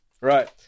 Right